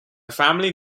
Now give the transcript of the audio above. family